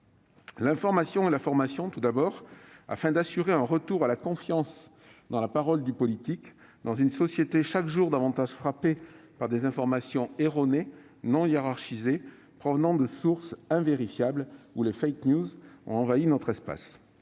l'information et la formation, tout d'abord, il s'agit d'assurer un retour à la confiance dans la parole du politique, au sein d'une société chaque jour davantage frappée par des informations erronées et non hiérarchisées provenant de sources invérifiables, et où les ont envahi notre espace.